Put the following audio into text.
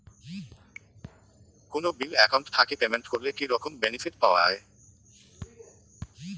কোনো bill account থাকি payment করলে কি রকম বেনিফিট পাওয়া য়ায়?